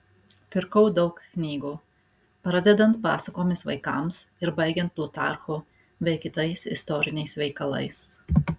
pirkau daug knygų pradedant pasakomis vaikams ir baigiant plutarchu bei kitais istoriniais veikalais